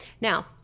Now